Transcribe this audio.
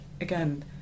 again